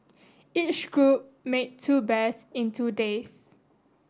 each group made two bears in two days